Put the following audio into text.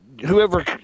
whoever